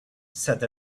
said